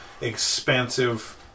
expansive